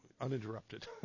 uninterrupted